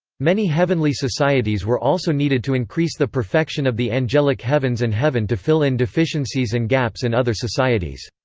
many heavenly societies were also needed to increase the perfection of the angelic heavens and heaven to fill in deficiencies and gaps in other societies.